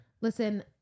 Listen